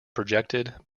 projected